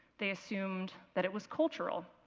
they assumed that it was cultural.